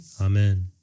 amen